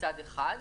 מצד אחד,